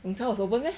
贡茶 was open meh